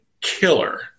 killer